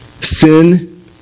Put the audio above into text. Sin